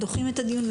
ודוחים את הדיון,